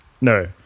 No